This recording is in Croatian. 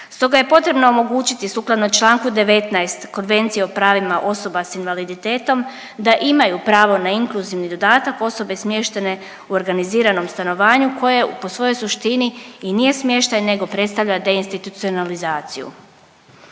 Stoga je potrebno omogućiti sukladno članku 19. Konvencije o pravima osoba sa invaliditetom da imaju pravo na inkluzivni dodatak osobe smještene u organiziranom stanovanju koje po svojoj suštini i nije smještaj nego predstavlja deinstitucionalizaciju.